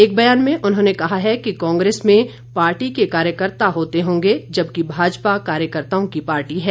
एक ब्यान में उन्होंने कहा है कि कांग्रेस में पार्टी के कार्यकर्त्ता होते होंगे जबकि भाजपा कार्यकर्त्ताओं की पार्टी है